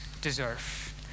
deserve